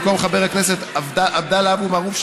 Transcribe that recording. במקום חבר הכנסת עבדאללה אבו מערוף,